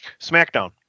SmackDown